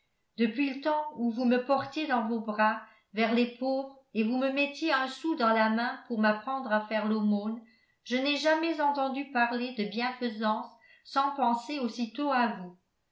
depuis le temps où vous me portiez dans vos bras vers les pauvres et vous me mettiez un sou dans la main pour m'apprendre à faire l'aumône je n'ai jamais entendu parler de bienfaisance sans penser aussitôt à vous